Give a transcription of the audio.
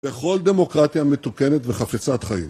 בכל דמוקרטיה מתוקנת וחפצת חיים